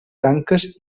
tanques